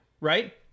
right